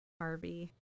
harvey